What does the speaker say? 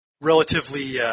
relatively